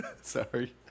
Sorry